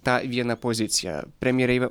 tą vieną poziciją premjerei